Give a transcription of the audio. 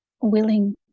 willing